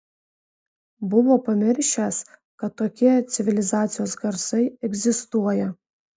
buvo pamiršęs kad tokie civilizacijos garsai egzistuoja